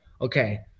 okay